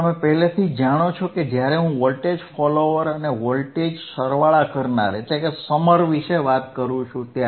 હવે તમે પહેલેથી જ જાણો છો કે જ્યારે હું વોલ્ટેજ ફોલોઅર અને વોલ્ટેજ સરવાળા કરનાર વિશે વાત કરું છું